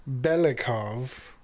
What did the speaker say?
Belikov